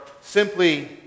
simply